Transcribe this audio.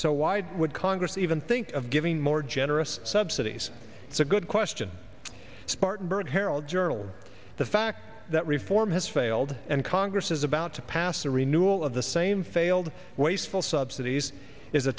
so why would congress even think of giving more generous subsidies it's a good question spartanburg herald journal the fact that reform has failed and congress is about to pass a renewal of the same failed wasteful subsidies is a